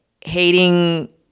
hating